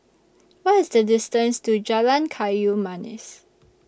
What IS The distance to Jalan Kayu Manis